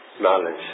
knowledge